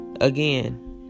again